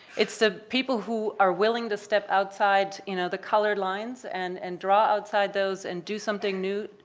it's the people who are willing to step outside you know the colored lines and and draw outside those and do something new.